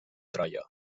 troia